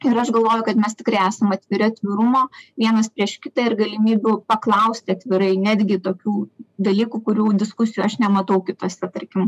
ir aš galvoju kad mes tikrai esam atviri atvirumo vienas prieš kitą ir galimybių paklausti atvirai netgi tokių dalykų kurių diskusijų aš nematau kitose tarkim